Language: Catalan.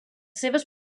seves